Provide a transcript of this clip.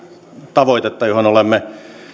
tavoitetta joihin olemme